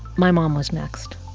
my mom was next.